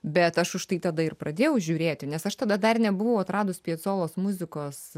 bet aš už tai tada ir pradėjau žiūrėti nes aš tada dar nebuvau atradus piecolos muzikos